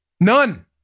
None